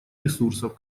ресурсов